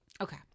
Okay